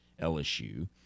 LSU